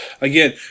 again